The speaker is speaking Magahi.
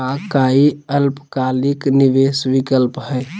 का काई अल्पकालिक निवेस विकल्प हई?